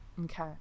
Okay